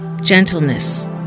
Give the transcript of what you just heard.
gentleness